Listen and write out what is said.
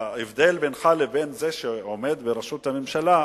ההבדל בינך לבין זה שעומד בראשות הממשלה,